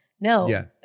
No